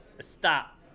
Stop